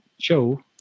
show